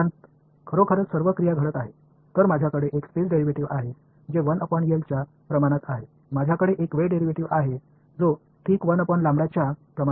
எனவே எனக்கு 1 L க்கு விகிதாசாரமாக ஒரு ஸ்பேஸ் டிரைவேடிவ் உள்ளது எனக்கு டைம் டிரைவேடிவ் உள்ளது இது விகிதாசாரமாகும்